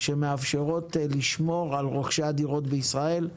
שמאפשרות לשמור על רוכשי הדירות בישראל.